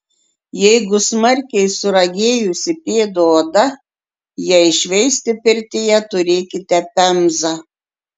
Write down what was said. jeigu smarkiai suragėjusi pėdų oda jai šveisti pirtyje turėkite pemzą